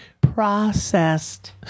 Processed